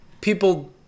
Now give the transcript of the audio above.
People